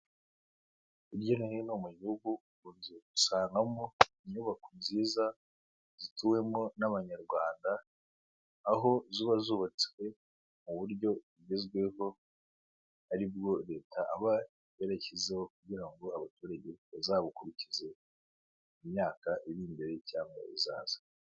Hirya no hino mu gihugu, ukunze gusangamo inyubako nziza zituwemo n'Abanyarwanda, aho ziba zubatswe mu buryo bugezweho, aribwo Leta iba yarashyizeho kugira ngo abaturage bazabukurikize imyaka iri imbere cyangwa izaza.